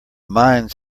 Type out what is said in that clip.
mines